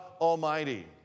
Almighty